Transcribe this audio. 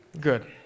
Good